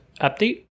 update